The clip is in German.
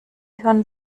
schon